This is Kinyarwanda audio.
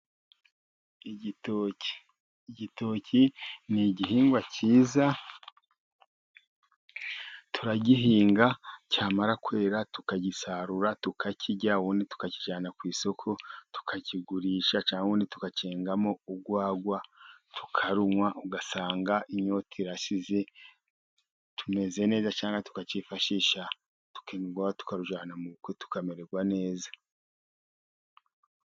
Igitoki, igitoki ni igihingwa cyiza . Turagihinga, cyamara kwera tukagisarura tukakirya . Ubundi, tukakijyana ku isoko tukakigurisha, cyangwa tukacyengamo urwagwa tukarunywa, ugasanga inyota irashize. tumeze neza cyangwa tukacyifashisha tukenga urwagwa , tukarujyana mu bukwe tukamererwa neza .